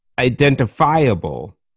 identifiable